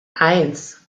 eins